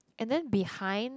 and then behind